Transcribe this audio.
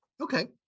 Okay